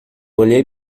olhei